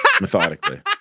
methodically